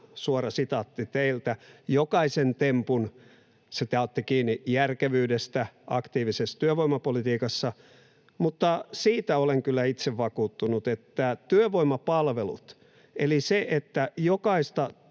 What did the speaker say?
suora sitaatti teiltä — ”jokaisen tempun” järkevyydestä aktiivisessa työvoimapolitiikassa. Mutta siitä olen kyllä itse vakuuttunut työvoimapalveluiden eli sen osalta,